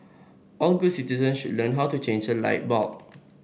all good citizens should learn how to change a light bulb